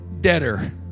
debtor